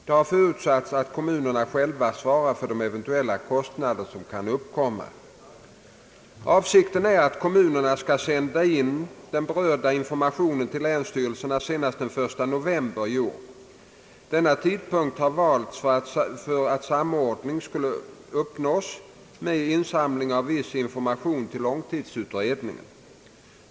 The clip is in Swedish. Det har förutsatts att kommunerna själva svarar för de eventuella kostnader som kan uppkomma. Avsikten är att kommunerna skall sända in den berörda informationen till länsstyrelserna senast den 1 november i år. Denna tidpunkt har valts för att samordning skulle uppnås med insamling av viss information till långtidsutredningen.